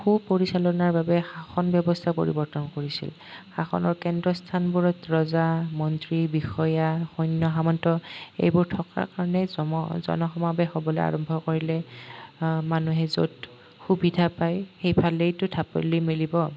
সু পৰিচালনাৰ বাবে শাসন ব্যৱস্থা পৰিৱৰ্তন কৰিছিল শাসনৰ কেন্দ্ৰস্থানবোৰত ৰজা মন্ত্ৰী বিষয়া সৈন্য সামন্ত সেইবোৰ থকা কাৰণে জম জনসমাৱেশ হ'বলৈ আৰম্ভ কৰিলে মানুহে য'ত সুবিধা পায় সেইফালেইতো ধাপলি মেলিব